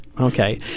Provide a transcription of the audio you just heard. Okay